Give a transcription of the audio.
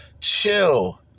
chill